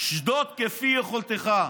שדוד כפי יכולתך,